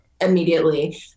immediately